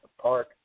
park